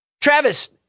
Travis